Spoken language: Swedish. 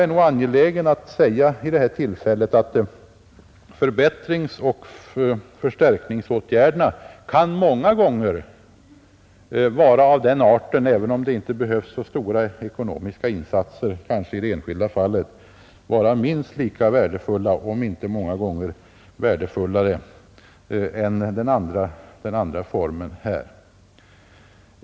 Jag är angelägen att säga vid det här tillfället att förstärkningsoch förbättringsåtgärderna många gånger — även om det kanske inte behövs så stora ekonomiska insatser i det enskilda fallet — kan vara minst lika värdefulla om inte många gånger värdefullare än den andra formen.